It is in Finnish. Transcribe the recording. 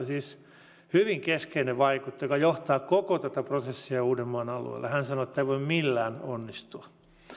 siis hyvin keskeinen vaikuttaja joka johtaa koko tätä prosessia uudenmaan alueella hän sanoi että tämä ei voi millään onnistua